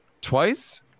twice